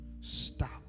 stop